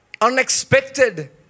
unexpected